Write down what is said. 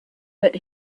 but